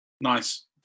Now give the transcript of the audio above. Nice